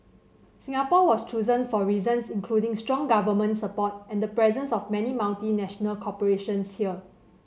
Singapore was chosen for reasons including strong government support and the presence of many multinational corporations here